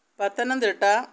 Pathanamthitta